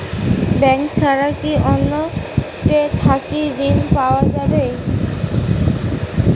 Bank ছাড়া কি অন্য টে থাকি ঋণ পাওয়া যাবে?